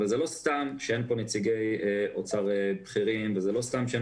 אבל לא סתם אין פה נציגי אוצר בכירים ולא סתם אין